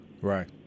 Right